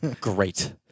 Great